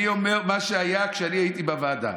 אני אומר מה היה כשאני הייתי בוועדה.